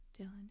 Dylan